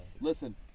Listen